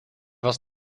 was